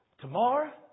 tomorrow